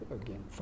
again